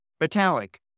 metallic